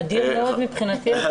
נדיר מאוד מבחינתי.